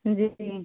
जी